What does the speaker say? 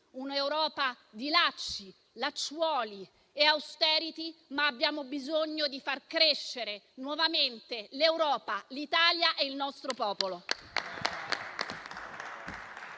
un'Europa di lacci, lacciuoli e *austerity*, ma abbiamo bisogno di far crescere nuovamente l'Europa, l'Italia e il nostro popolo.